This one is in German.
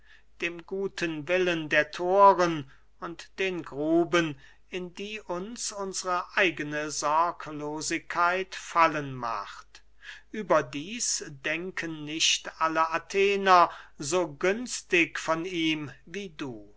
dem guten willen der thoren und den gruben in die uns unsre eigne sorglosigkeit fallen macht überdieß denken nicht alle athener so günstig von ihm wie du